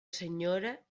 senyora